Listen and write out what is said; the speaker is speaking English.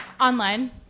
Online